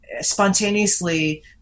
spontaneously